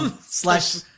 slash